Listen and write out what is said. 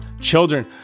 children